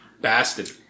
bastard